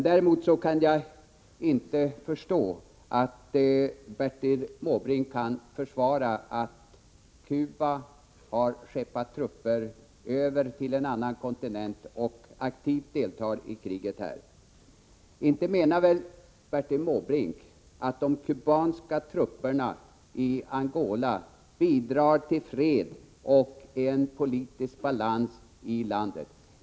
Däremot kan jag inte förstå att Bertil Måbrink kan försvara att Cuba har skeppat över trupper till en annan kontinent och aktivt deltar i kriget där. Inte menar väl Bertil Måbrink att de kubanska trupperna i Angola bidrar till fred och politisk balans i landet?